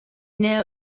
now